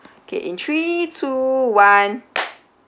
okay in three two one